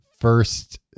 first-